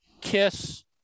kiss